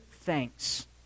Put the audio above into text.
thanks